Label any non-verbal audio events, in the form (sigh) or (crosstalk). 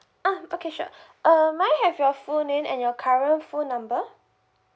um okay sure (breath) um may I have your full name and your current phone number